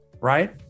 right